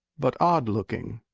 but odd-looking.